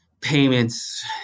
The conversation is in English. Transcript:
payments